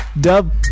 Dub